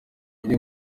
iri